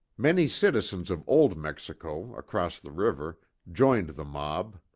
many citizens of old mexico, across the river, joined the mob.